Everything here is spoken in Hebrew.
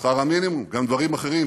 שכר המינימום, גם דברים אחרים.